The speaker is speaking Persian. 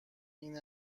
این